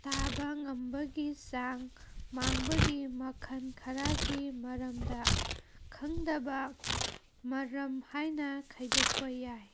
ꯇꯥꯕ ꯉꯝꯕꯒꯤ ꯆꯥꯡ ꯃꯥꯡꯕꯒꯤ ꯃꯈꯜ ꯈꯔꯒꯤ ꯃꯔꯝꯗ ꯈꯪꯗꯕ ꯃꯔꯝ ꯍꯥꯏꯅ ꯈꯥꯏꯗꯣꯛꯄ ꯌꯥꯏ